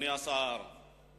נשאר לי מה לדבר.